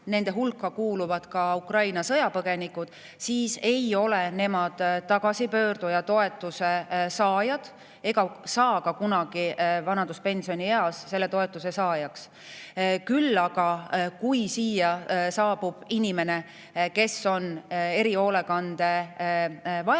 nende hulka kuuluvad ka Ukraina sõjapõgenikud – ei ole tagasipöörduja toetuse saajad ega saa ka kunagi vanaduspensionieas selle toetuse saajaks. Küll aga, kui siia saabub inimene, kes on erihoolekande vajadusega